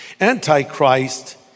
Antichrist